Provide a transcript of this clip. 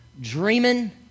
Dreaming